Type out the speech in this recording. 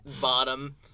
bottom